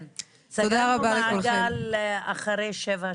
כן, סגרנו מעגל אחרי שש שנים.